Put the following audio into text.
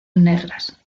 negras